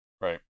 right